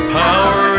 power